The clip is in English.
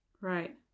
Right